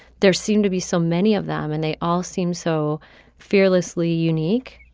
there seemed to be so many of them and they all seemed so fearlessly unique.